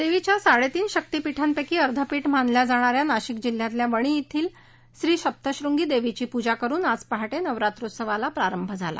देवीच्या साडे तीन शक्तिपीठांपैकी अर्धे पीठ मानल्या जाणाऱ्या नाशिक जिल्ह्यातील वणी येथील श्री सप्तशृंगी देवीची पूजा करून आज पहाटे नवरात्रोत्सवाला प्रारंभ झाला